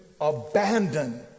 abandon